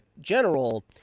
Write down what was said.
general